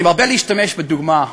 אני מרבה להשתמש בדוגמה,